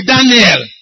Daniel